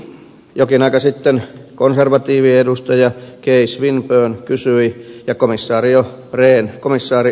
jokin aika sitten konservatiiviedustaja kay swinburne kysyi ja komissaari rehn vastasi